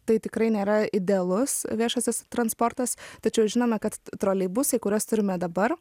tai tikrai nėra idealus viešasis transportas tačiau žinome kad troleibusai kuriuos turime dabar